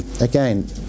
again